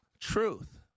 truth